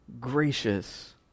gracious